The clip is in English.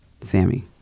Sammy